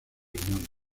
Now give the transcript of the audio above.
humanos